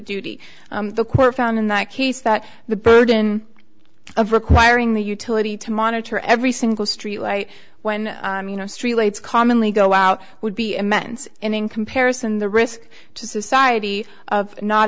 duty the court found in that case that the burden of requiring the utility to monitor every single street light when you know street lights commonly go out would be immense in comparison the risk to society of not